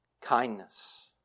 kindness